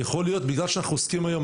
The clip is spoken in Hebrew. בגלל שאנחנו עוסקים היום,